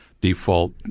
default